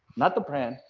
not the brand,